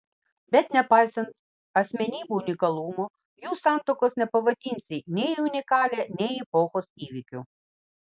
bet nepaisant asmenybių unikalumo jų santuokos nepavadinsi nei unikalia nei epochos įvykiu